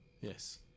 Yes